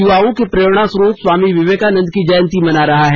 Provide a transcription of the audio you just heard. युवाओं के प्रेरणास्रोत स्वामी विवेकानंद की जयंती मना रहा है